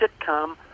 sitcom